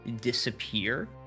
disappear